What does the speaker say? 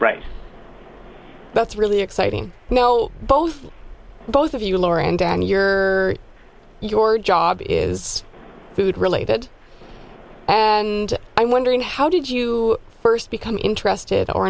right that's really exciting you know both both of you laura and dan your your job is food related and i'm wondering how did you first become interested or